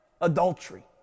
adultery